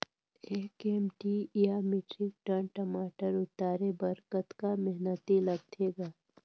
एक एम.टी या metric ton टमाटर उतारे बर कतका मेहनती लगथे ग?